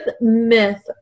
myth